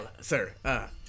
sir